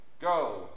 Go